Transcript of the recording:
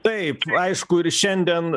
taip aišku ir šiandien